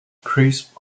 crisp